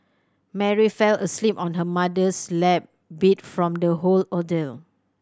Mary fell asleep on her mother's lap beat from the whole ordeal